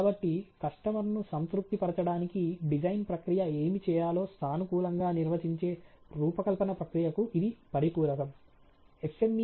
కాబట్టి కస్టమర్ను సంతృప్తి పరచడానికి డిజైన్ ప్రక్రియ ఏమి చేయాలో సానుకూలంగా నిర్వచించే రూపకల్పన ప్రక్రియకు ఇది పరిపూరకం